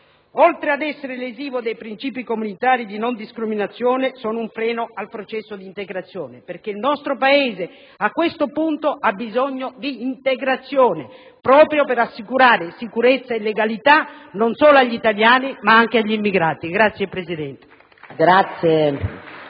oltre ad essere lesiva dei principi comunitari di non discriminazione costituisce un freno al processo di integrazione. Il nostro Paese, a questo punto, ha bisogno di integrazione, proprio per assicurare sicurezza e legalità non solo agli italiani, ma anche agli immigrati. *(Applausi